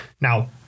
Now